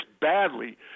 badly